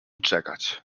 czekać